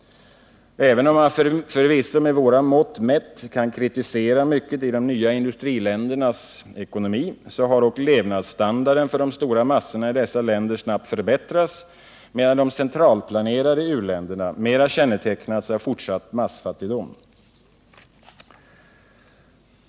Även om man förvisso med våra mått mätt kan kritisera mycket i de nya industriländernas ekonomi har dock levnadsstandarden för de stora massorna i dessa länder snabbt förbättrats, medan de centralplanerade u-länderna mera kännetecknats av fortsatt massfattigdom.